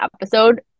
episode